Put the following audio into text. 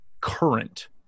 current